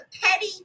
petty